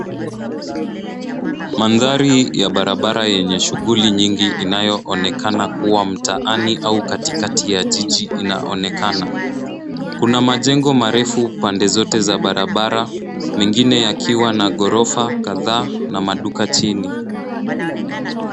Mandhari ya barabara yenye shughuli nyingi inayonekana kuwa mtaani au katikati ya jiji inaonekana. Kuna majengo marefu pande zote za barabara mengine yakiwa na ghorofa kadhaa na maduka chini.